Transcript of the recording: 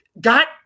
got